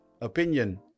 opinion